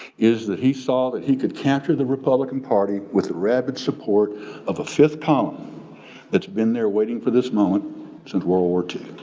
is that he saw that he could capture the republican party with a rabid support of a fifth column that's been there waiting for this moment since world war ii.